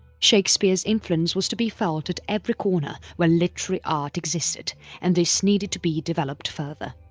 shakespeare's influence was to be felt at every corner where literary art existed and this needed to be developed further.